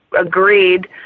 agreed